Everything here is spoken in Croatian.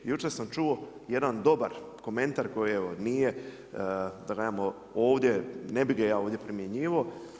Jučer sam čuo jedan dobar komentar koji evo nije da kažemo ovdje, ne bih ga ja ovdje primjenjivao.